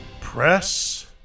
Press